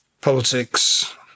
politics